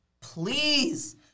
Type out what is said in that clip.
please